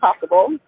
possible